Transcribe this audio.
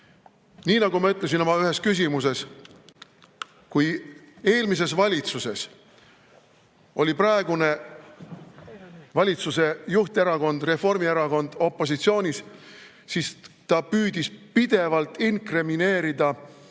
Nii nagu ma ütlesin oma ühes küsimuses: kui eelmises valitsuses oli praegune valitsuse juhterakond Reformierakond opositsioonis, siis ta püüdis pidevalt inkrimineerida